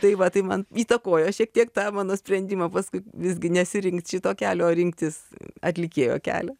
tai va tai man įtakojo šiek tiek tą mano sprendimą paskui visgi nesirinkt šito kelio o rinktis atlikėjo kelią